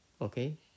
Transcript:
okay